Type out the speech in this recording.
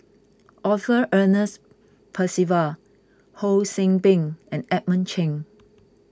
Arthur Ernest Percival Ho See Beng and Edmund Cheng